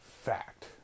fact